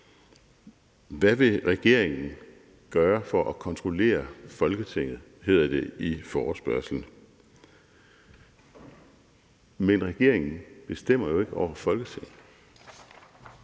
Hvad vil regeringen gøre for at kontrollere Folketinget? hedder det i forespørgslen. Men regeringen bestemmer jo ikke over Folketinget,